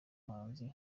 muhanzi